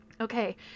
Okay